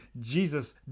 Jesus